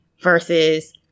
versus